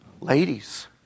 Ladies